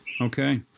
Okay